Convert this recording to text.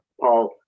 paul